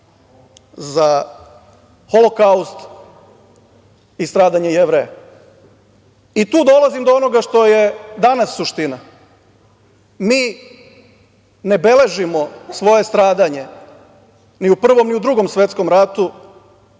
za Holokaust i stradanje Jevreja. Tu dolazim do onoga što je danas suština. Mi ne beležimo svoje stradanje ni u Prvom ni u Drugom svetskom ratu